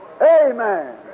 Amen